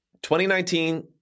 2019